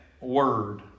word